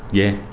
yeah.